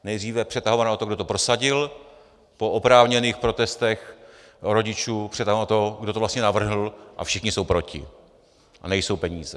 Nejdříve přetahovaná o to, kdo to prosadil, po oprávněných protestech rodičů přetahovaná o to, kdo to vlastně navrhl, a všichni jsou proti a nejsou peníze.